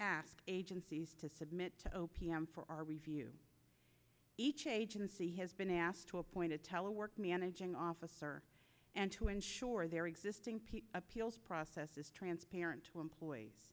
asked agencies to submit to o p m for our review each agency has been asked to appoint a telework managing officer and to ensure their existing appeals process is transparent to employees